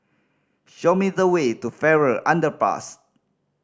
show me the way to Farrer Underpass